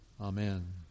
Amen